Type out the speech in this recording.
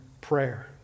prayer